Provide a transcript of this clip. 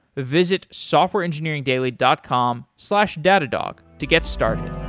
visit softwareengineeringdaily dot com slash datadog to get started